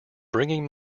bringing